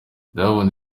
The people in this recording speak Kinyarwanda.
diamond